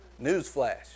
Newsflash